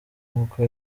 uko